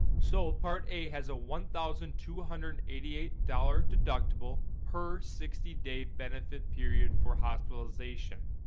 so part a has a one thousand two hundred and eighty eight dollar deductible per sixty day benefit period for hospitalization.